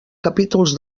capítols